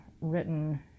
written